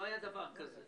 לא היה דבר כזה.